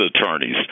attorneys